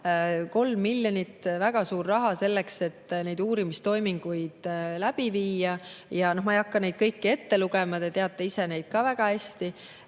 3 miljonit, väga suur raha –, et neid uurimistoiminguid läbi viia. Ma ei hakka neid kõiki ette lugema. Te teate ise neid väga hästi.